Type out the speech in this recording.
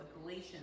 galatians